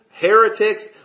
heretics